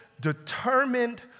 determined